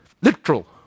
literal